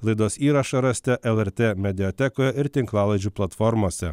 laidos įrašą rasite lrt mediatekoje ir tinklalaidžių platformose